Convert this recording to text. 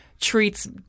treats